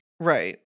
Right